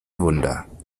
wunder